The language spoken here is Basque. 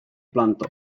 planto